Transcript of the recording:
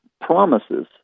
promises